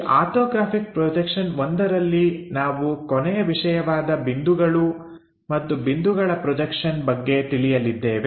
ಈ orthographic projection I ರಲ್ಲಿ ನಾವು ಕೊನೆಯ ವಿಷಯವಾದ ಬಿಂದುಗಳು ಮತ್ತು ಬಿಂದುಗಳ ಪ್ರೊಜೆಕ್ಷನ್ ಬಗ್ಗೆ ತಿಳಿಯಲಿದ್ದೇವೆ